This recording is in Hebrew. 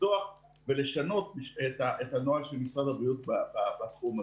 לפתוח ולשנות את הנוהל של משרד הבריאות בתחום הזה.